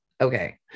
okay